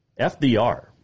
FDR